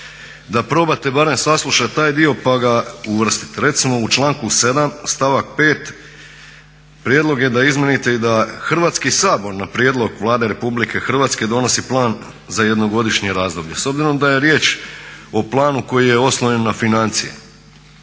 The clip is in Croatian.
da probate barem saslušati taj dio pa ga uvrstiti. Recimo u članku 7. stavak 5. prijedlog je da izmijenite i da Hrvatski sabor na prijedlog Vlade RH donosi plan za jednogodišnje razdoblje. S obzirom da je riječ o planu koji je oslonjen na financije,